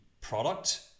product